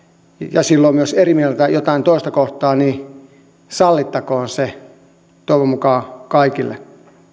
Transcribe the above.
ja silloin myös eri mieltä jotain toista kohtaan niin sallittakoon se toivon mukaan kaikille